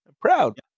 proud